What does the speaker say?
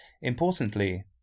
Importantly